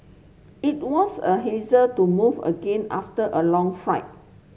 it was a hassle to move again after a long flight